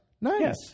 Nice